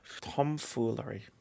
Tomfoolery